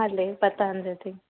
हले पतंजलि